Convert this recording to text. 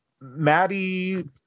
Maddie